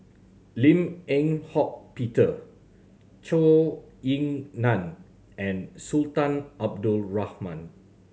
Lim Eng Hock Peter Zhou Ying Nan and Sultan Abdul Rahman